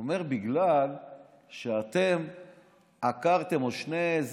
והוא אומר: בגלל שאתם עקרתם שני,